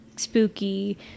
spooky